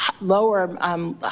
lower